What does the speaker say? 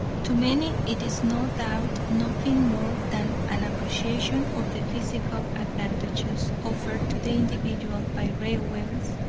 to many it is no doubt nothing more than an appreciation of the physical advantages offered to the individual by railways,